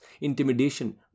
intimidation